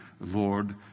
Lord